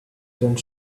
don’t